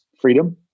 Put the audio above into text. freedom